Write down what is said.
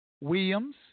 Williams